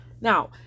Now